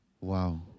Wow